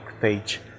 page